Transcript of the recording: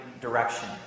direction